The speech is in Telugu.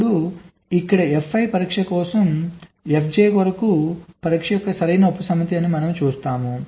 ఇప్పుడు ఇక్కడ fi కోసం పరీక్ష fj కొరకు పరీక్ష యొక్క సరైన ఉపసమితి అని మనం చూస్తాము